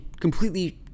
completely